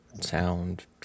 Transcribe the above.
sound